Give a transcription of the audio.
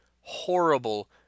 horrible